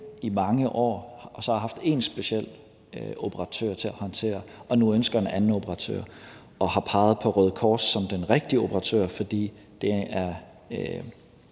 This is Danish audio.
i mange år og så har haft én speciel operatør til at håndtere, og hvor man nu ønsker en anden operatør og har peget på Røde Kors som den rigtige operatør, fordi Røde